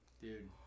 Dude